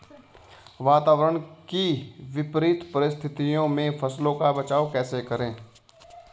वातावरण की विपरीत परिस्थितियों में फसलों का बचाव कैसे करें?